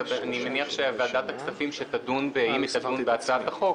אני מניח שאם ועדת הכספים תדון בהצעת החוק,